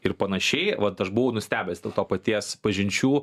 ir panašiai vat aš buvau nustebęs dėl to paties pažinčių